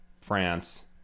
France